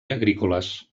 agrícoles